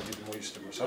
gydymo įstaigose